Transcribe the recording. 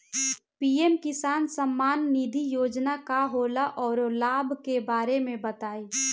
PM किसान सम्मान निधि योजना का होला औरो लाभ के बारे में बताई?